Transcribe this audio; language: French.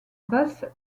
basse